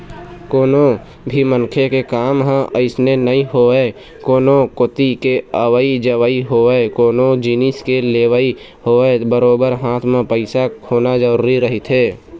कोनो भी मनखे के काम ह अइसने नइ होवय कोनो कोती के अवई जवई होवय कोनो जिनिस के लेवई होवय बरोबर हाथ म पइसा होना जरुरी रहिथे